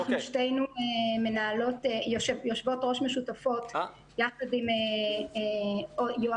אנחנו שתינו יושבות ראש משותפות יחד עם יואב